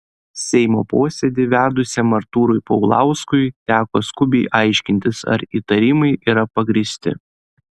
seimo posėdį vedusiam artūrui paulauskui teko skubiai aiškintis ar įtarimai yra pagrįsti